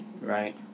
Right